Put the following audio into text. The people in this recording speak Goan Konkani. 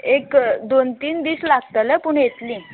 एक दोन तीन दीस लागतले पूण येतलीं